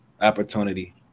opportunity